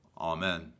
Amen